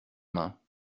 mains